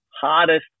hardest